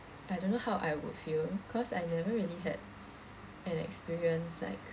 I don't know how I would feel cause I never really had an experience like